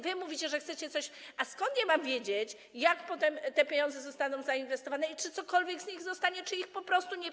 Wy mówicie, że chcecie coś zrobić, a skąd ja mam wiedzieć, jak potem te pieniądze zostaną zainwestowane i czy cokolwiek z nich zostanie, czy ich po prostu nie przejecie.